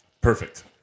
Perfect